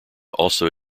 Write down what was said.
also